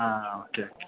ആ ആ okay okay